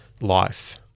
life